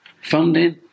Funding